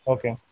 Okay